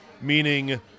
meaning